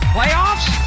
Playoffs